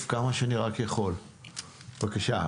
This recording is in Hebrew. אדוני, בבקשה.